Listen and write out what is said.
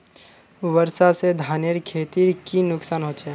वर्षा से धानेर खेतीर की नुकसान होचे?